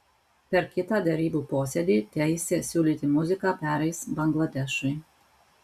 per kitą derybų posėdį teisė siūlyti muziką pereis bangladešui